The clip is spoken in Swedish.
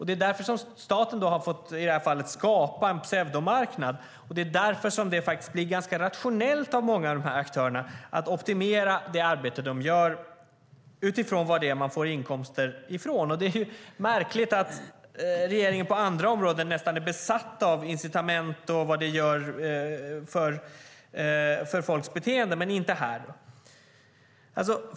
Det är därför staten i det här fallet har fått skapa en pseudomarknad, och det är därför som det faktiskt är ganska rationellt av många av de här aktörerna att optimera det arbete de gör utifrån vad det är de får inkomster från. Det är märkligt att regeringen på andra områden närmast är besatt av incitament och vad de gör för folks beteende, men inte här.